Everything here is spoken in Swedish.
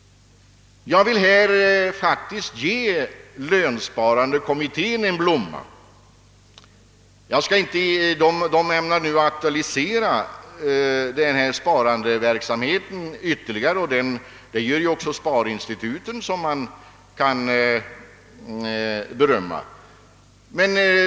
Jag vill i detta sammanhang ge lönsparkommittén en blomma. Den ämnar nu aktivisera sin verksamhet ytterligare, och det gör ju också sparinstituten, som man har anledning att berömma.